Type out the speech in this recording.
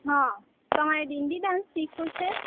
હાં તમારે દિંડી ડાન્સ સીખવું છે